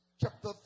chapter